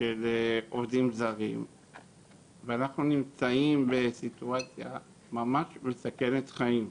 של עובדים זרים ואנחנו נמצאים בסיטואציה ממש מסכנת חיים.